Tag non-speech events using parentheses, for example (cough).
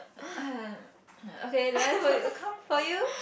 (noise) okay lai for you come for you